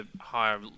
higher